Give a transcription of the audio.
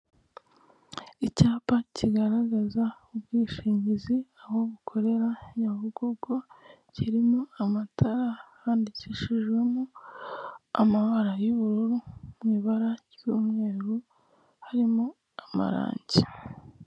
Icyapa kigaragaza ubwishingizi, aho bukorera Nyabugogo, kirimo amatara, handikishije mo amabara y'ubururu, mu ibara ry'umweru harimo amarangi.